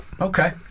Okay